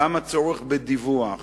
גם הצורך בדיווח